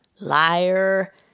Liar